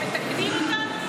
הם מתקנים אותן?